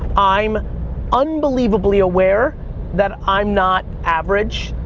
i'm unbelievably aware that i'm not average,